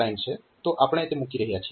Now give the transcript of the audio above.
તો આપણે તે મૂકી રહ્યા છીએ